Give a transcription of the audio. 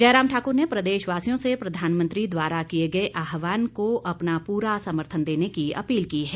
जयराम ठाकुर ने प्रदेशवासियों से प्रधानमंत्री द्वारा किए गए आहवान को अपना पूरा समर्थन देने की अपील की है